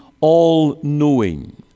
all-knowing